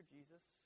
Jesus